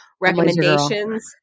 recommendations